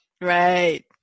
Right